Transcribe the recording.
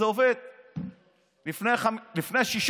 כבוד לכנסת הזו.